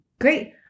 Great